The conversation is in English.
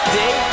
day